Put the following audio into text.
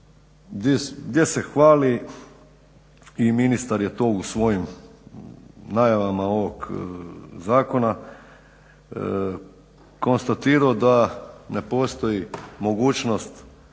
Gdje se hvali i ministar je to u svojim najavama ovog zakona konstatirao da ne postoji mogućnost